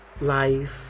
life